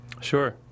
Sure